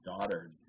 daughter